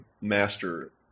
master